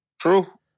True